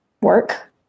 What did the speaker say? work